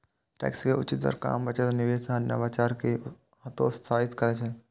tax के उच्च दर काम, बचत, निवेश आ नवाचार कें हतोत्साहित करै छै